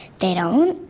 they don't,